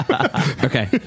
Okay